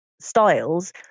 styles